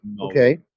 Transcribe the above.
Okay